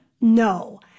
No